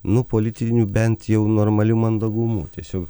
nu politiniu bent jau normaliu mandagumu tiesiog